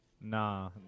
Nah